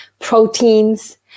proteins